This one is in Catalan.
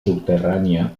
subterrània